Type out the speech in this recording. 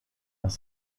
nach